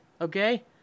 okay